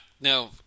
no